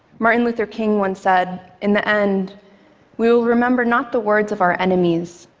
martin luther king once said, in the end, we will remember not the words of our enemies,